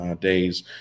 days